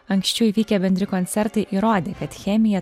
anksčiau įvykę bendri koncertai įrodė kad chemija